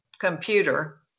computer